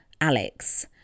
Alex